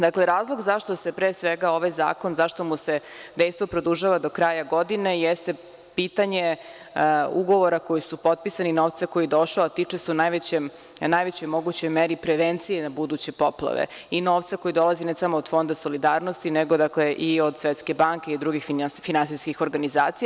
Dakle, razlog zašto se pre svega ovom zakonu dejstvo produžava do kraja godine jeste pitanje ugovora koji su potpisani i novca koji je došao, a tiče se u najvećoj mogućoj meri prevencije na buduće poplave i novca koji dolazi ne samo od Fonda solidarnosti, nego i od Svetske banke i od drugih finansijskih organizacija.